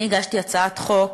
אני הגשתי הצעת חוק